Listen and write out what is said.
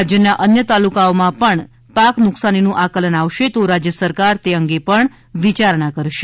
રાજ્યના અન્ય તાલુકાઓમાં પણ પાક નુકસાનીનું આકલન આવશે તો રાજ્ય સરકાર તે અંગે પણ વિચારણા કરશે